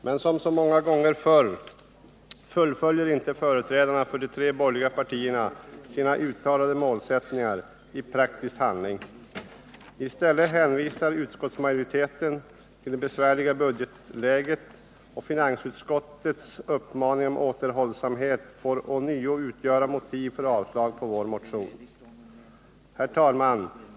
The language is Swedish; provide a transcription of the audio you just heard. Men som så många gånger förr fullföljer inte företrädarna för de tre borgerliga partierna sina uttalade målsättningar i praktisk handling. I stället hänvisar utskottsmajoriteten till det besvärliga budgetläget, och finansutskottets uppmaning om återhållsamhet får ånyo utgöra motiv för avstyrkande av vår motion. Herr talman!